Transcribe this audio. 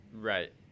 Right